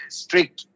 strict